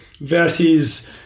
versus